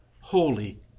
Holy